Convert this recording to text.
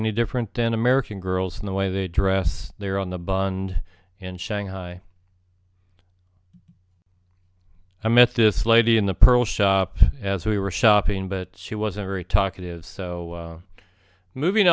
any different than american girls in the way they dress their on the bund in shanghai i met this lady in the pearl shop as we were shopping but she wasn't very talkative so moving